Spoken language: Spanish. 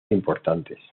importantes